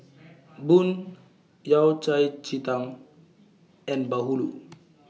Bun Yao Cai Ji Tang and Bahulu